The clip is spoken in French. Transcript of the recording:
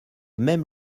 même